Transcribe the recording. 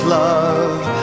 love